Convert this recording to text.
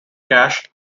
cash